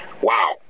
Wow